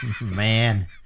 Man